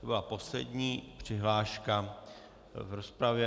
To byla poslední přihláška v rozpravě.